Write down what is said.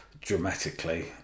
dramatically